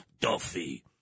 Duffy